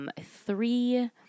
three